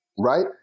Right